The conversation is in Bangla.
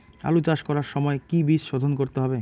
আলু চাষ করার সময় কি বীজ শোধন করতে হবে?